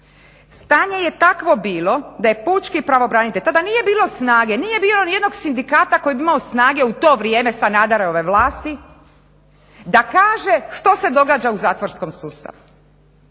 Stanje je takvo bilo, da je pučki pravobranitelj, tada nije bilo snage, nije bilo ni jednog sindikata koji bi imao snage u to vrijeme Sanaderove vlasti da kaže što se događa u zatvorskom sustavu.